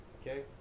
Okay